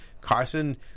Carson